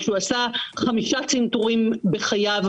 כי הוא עשה חמישה צנתורים בחייו.